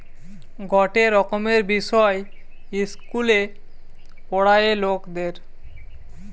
গটে রকমের বিষয় ইস্কুলে পোড়ায়ে লকদের